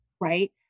Right